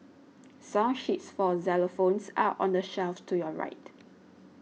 song sheets for xylophones are on the shelf to your right